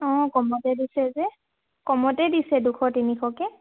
অঁ কমতে দিছে যে কমতে দিছে দুশ তিনিশকে